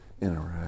interact